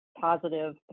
positive